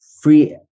free